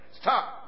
Stop